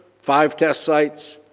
five test sites.